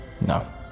No